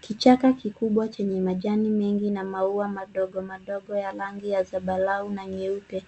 Kichaka kikubwa chenye majani mengi na maua madogomadogo ya rangi ya zambarau na nyeupe.